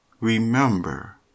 remember